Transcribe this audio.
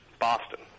Boston